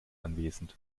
anwesend